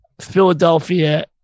Philadelphia